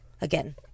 again